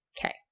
Okay